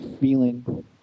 feeling